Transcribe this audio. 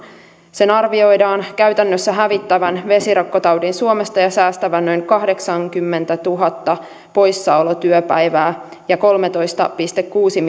sen arvioidaan käytännössä hävittävän vesirokkotaudin suomesta ja säästävän noin kahdeksankymmentätuhatta poissaolotyöpäivää ja kolmetoista pilkku kuusi